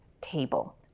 table